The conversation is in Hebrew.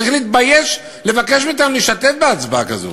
צריך להתבייש לבקש מאתנו להשתתף בהצבעה כזאת.